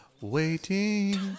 Waiting